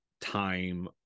time